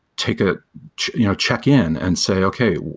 take a check-in and say, okay.